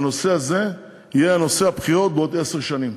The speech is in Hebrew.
הנושא הזה יהיה נושא הבחירות בעוד עשר שנים.